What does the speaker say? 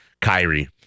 Kyrie